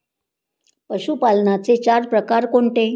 पशुपालनाचे चार प्रकार कोणते?